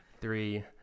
Three